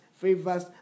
favors